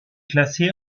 classé